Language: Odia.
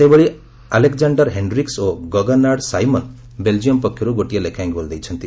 ସେହିଭଳି ଆଲେକ୍ଜାଣ୍ଡର ହେଣ୍ଡ୍ରିକ୍ ଓ ଗଗ୍ନାର୍ଡ଼ ସାଇମନ୍ ବେଲ୍ଜିୟମ୍ ପକ୍ଷର୍ ଗୋଟିଏ ଲେଖାଏଁ ଗୋଲ୍ ଦେଇଛନ୍ତି